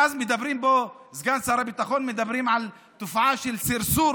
ואז מדבר פה סגן שר הביטחון על תופעה של סרסור